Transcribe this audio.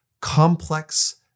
complex